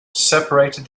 separated